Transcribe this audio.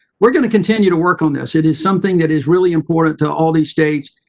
we're going to continue to work on this. it is something that is really important to all these states.